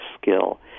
skill